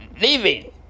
living